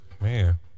man